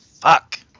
Fuck